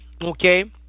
Okay